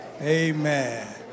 Amen